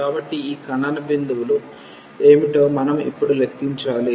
కాబట్టి ఈ ఖండన భిందువులు ఏమిటో మనం ఇప్పుడు లెక్కించాలి